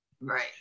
Right